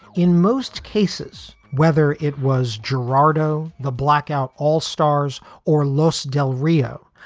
in most cases, whether it was girardeau, the blackout, all stars or los del rio,